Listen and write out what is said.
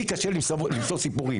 לי קשה למצוא סיפורים.